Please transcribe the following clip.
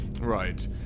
Right